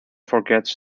forgets